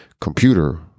computer